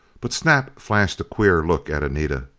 but snap flashed a queer look at anita.